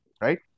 right